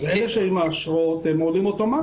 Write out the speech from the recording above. אלה שמאשרות, זה אוטומטי.